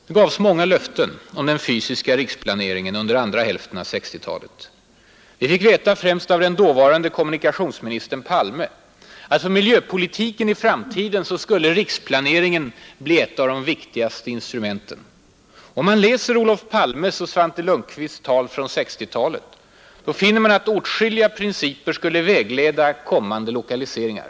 Det gavs många löften om den fysiska riksplaneringen under andra hälften av 1960-talet. Vi fick veta främst av den dåvarande kommunikationsministern Palme att för miljöpolitiken i framtiden skulle riksplaneringen bli ett av de viktigaste instrumenten. Om man läser Olof Palmes och Svante Lundkvists tal från 1960-talet finner man att åtskilliga principer skulle vägleda kommande lokaliseringar.